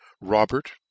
Robert